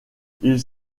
ils